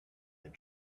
been